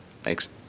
thanks